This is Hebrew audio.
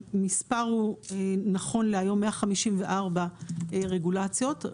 המספר הוא נכון להיום 154 רגולציות.